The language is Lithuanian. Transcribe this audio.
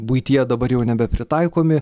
buityje dabar jau nebepritaikomi